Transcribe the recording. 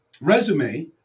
resume